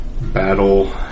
battle